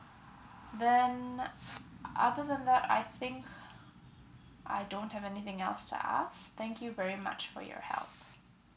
then other than that I think I don't have anything else to ask thank you very much for your help